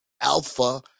alpha